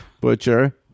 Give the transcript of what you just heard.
Butcher